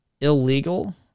illegal